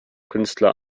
künstler